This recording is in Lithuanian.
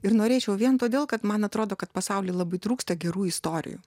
ir norėčiau vien todėl kad man atrodo kad pasauly labai trūksta gerų istorijų